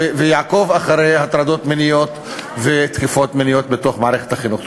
ויעקוב אחר הטרדות מיניות ותקיפות מיניות בתוך מערכת החינוך.